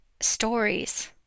stories